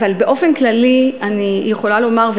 באופן כללי אני יכולה לומר,